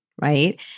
right